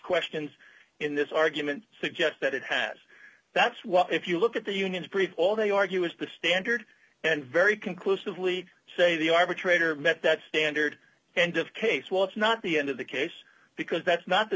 questions in this argument suggest that it has that's why if you look at the union all they argue is the standard and very conclusively say the arbitrator met that standard and to the case well it's not the end of the case because that's not the